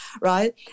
right